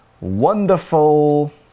wonderful